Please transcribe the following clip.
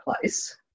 place